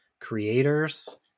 creators